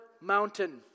mountain